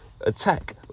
attack